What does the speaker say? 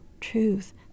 truth